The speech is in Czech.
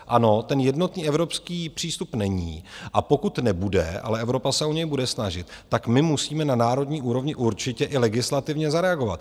Ano, jednotný evropský přístup není, a pokud nebude ale Evropa se o něj bude snažit tak musíme na národní úrovni určitě i legislativně zareagovat.